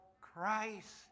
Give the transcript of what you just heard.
Christ